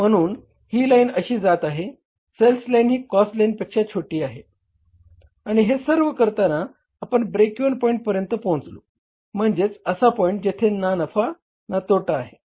म्हणून ही लाईन अशी जात आहे सेल्स लाईन ही कॉस्ट लाईनपेक्षा छोटी आहे आणि हे सर्व करताना आपण ब्रेक इव्हन पॉईंट पर्यंत पोहचलो म्हणजेच असा पॉईंट जेथे ना नफा ना तोटा आहे